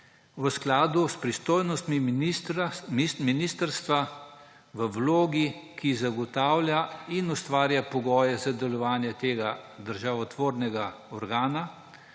v skladu s pristojnostmi ministrstva v vlogi, ki zagotavlja in ustvarja pogoje za delovanje tega državotvornega organa,